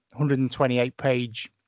128-page